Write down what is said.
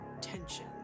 tension